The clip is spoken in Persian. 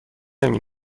نمی